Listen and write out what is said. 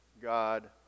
God